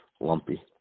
lumpy